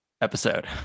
episode